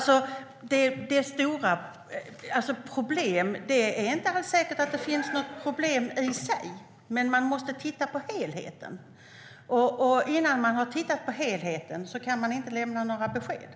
Fru talman! Det är inte alls säkert att det finns något problem i sig. Men man måste titta på helheten. Innan man har tittat på helheten kan man inte lämna några besked.